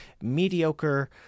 mediocre